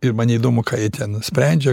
ir man neįdomu ką ji ten sprendžia